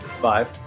Five